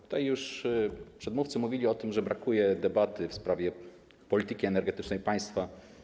Tutaj już przedmówcy mówili o tym, że brakuje debaty w sprawie polityki energetycznej państwa.